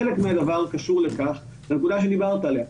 חלק מהדבר קשור לנקודה עליה דיברת.